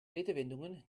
redewendungen